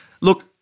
Look